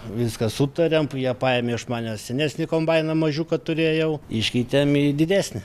viską sutarėm jie paėmė iš manęs senesnį kombainą mažiuką turėjau iškeitėm į didesnį